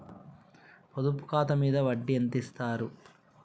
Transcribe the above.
పొదుపు ఖాతా మీద వడ్డీ ఎంతిస్తరు?